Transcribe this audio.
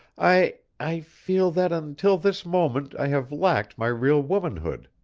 i i feel that until this moment i have lacked my real womanhood!